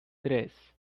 tres